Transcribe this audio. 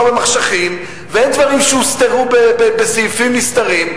במחשכים ואין דברים שהוסתרו בסעיפים נסתרים,